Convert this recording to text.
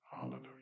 Hallelujah